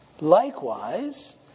Likewise